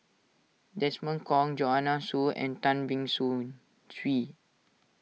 Desmond Kon Joanne Soo and Tan Beng Swee